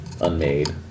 unmade